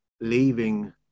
leaving